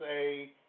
say